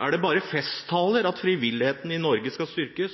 Er det bare i festtaler at frivilligheten i Norge skal styrkes?